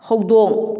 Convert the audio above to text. ꯍꯧꯗꯣꯡ